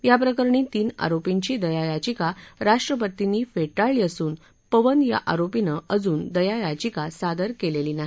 याप्रकरणी तीन आरोपीर्षी दया याविका राष्ट्रपर्तींनी फेटाळली असून पवन या आरोपीने अजून दया याचिका सादर केलेली नाही